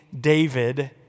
David